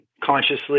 consciously